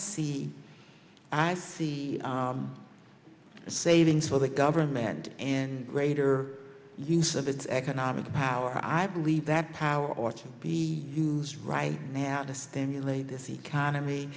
see i see the savings for the government and greater use of its economic power i believe that power ought to be use right now to stimulate this economy